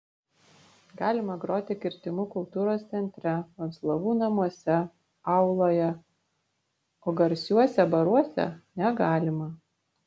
galima groti kirtimų kultūros centre venclovų namuose auloje o garsiuose baruose negalima